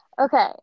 Okay